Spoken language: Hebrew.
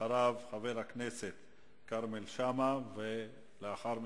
אחריו, חבר הכנסת כרמל שאמה, ולאחר מכן,